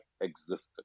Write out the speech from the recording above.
existed